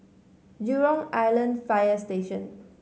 Jurong Island Fire Station